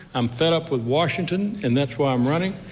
i'm fed up with washington, and that's why i'm running.